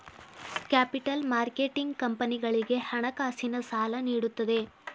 capital marketing ಕಂಪನಿಗಳಿಗೆ ಹಣಕಾಸಿನ ಸಾಲ ನೀಡುತ್ತದೆ